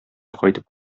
кайтып